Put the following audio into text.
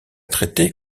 traités